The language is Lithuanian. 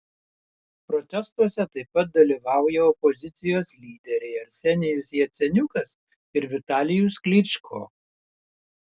protestuose taip pat dalyvauja opozicijos lyderiai arsenijus jaceniukas ir vitalijus klyčko